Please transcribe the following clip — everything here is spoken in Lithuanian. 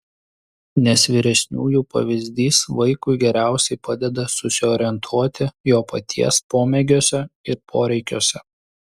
nes vyresniųjų pavyzdys vaikui geriausiai padeda susiorientuoti jo paties pomėgiuose ir poreikiuose